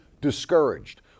discouraged